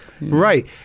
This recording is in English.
right